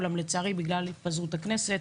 אולם לצערי בגלל התפזרות הכנסת,